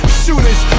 shooters